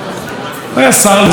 הוא היה שר לזמן קצר,